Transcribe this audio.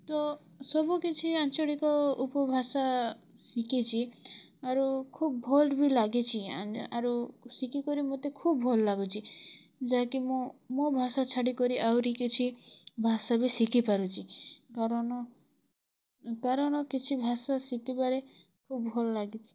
ତୋ ସବୁକିଛି ଆଞ୍ଚଳିକ ଉପଭାଷା ଶିଖିଚି ଆରୁ ଖୁବ୍ ଭଲ୍ ବି ଲାଗିଚି ଆରୁ ଶିଖିକରି ମତେ ଖୁବ୍ ଭଲ୍ ଲାଗୁଛି ଯାହାକି ମୁଁ ମୋ ଭାଷା ଛାଡ଼ିକରି ଆହୁରି କିଛି ଭାଷା ବି ଶିଖି ପାରୁଛି କାରଣ କାରଣ କିଛି ଭାଷା ଶିକିବାରେ ଖୁବ୍ ଭଲ୍ ଲାଗିଚି